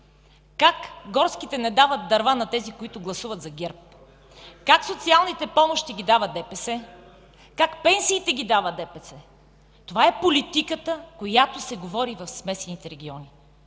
как горските не дават дърва на тези, които гласуват за ГЕРБ, как социалните помощи ги дава ДПС, как пенсиите ги дава ДПС. Това е политиката, която се говори в смесените региони.